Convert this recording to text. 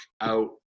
out